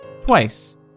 twice